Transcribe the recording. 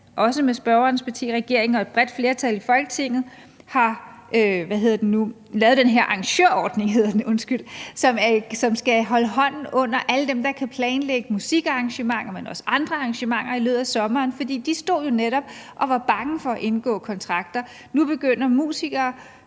også med spørgerens parti, regeringen og et bredt flertal i Folketinget, har lavet den her arrangørordning, som skal holde hånden under alle dem, der kan planlægge musikarrangementer og andre arrangementer i løbet af sommeren, for de stod jo netop og var bange for at indgå kontrakter. Nu begynder musikerne,